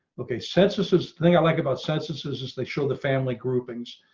okay censuses thing i like about censuses as they show the family groupings.